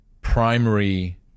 primary